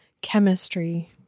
chemistry